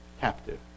captive